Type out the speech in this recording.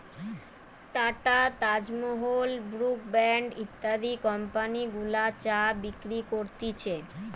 tata, Taj Mahal, Brooke Bond ইত্যাদি company গুলা চা বিক্রি করতিছে